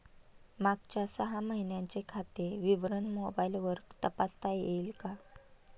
मागच्या सहा महिन्यांचे खाते विवरण मोबाइलवर तपासता येईल का?